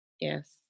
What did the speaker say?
yes